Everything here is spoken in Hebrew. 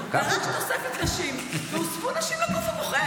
דרשת תוספת נשים והוספו נשים לגוף הבוחר.